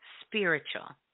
spiritual